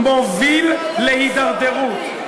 מוביל להידרדרות.